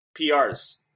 PRs